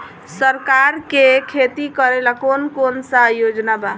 सरकार के खेती करेला कौन कौनसा योजना बा?